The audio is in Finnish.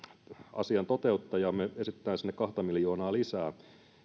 asian toteuttaja me esitämme sinne kahta miljoonaa lisää